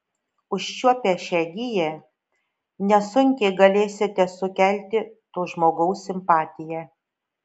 užčiuopę šią giją nesunkiai galėsite sukelti to žmogaus simpatiją